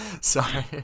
Sorry